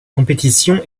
compétition